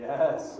Yes